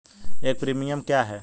एक प्रीमियम क्या है?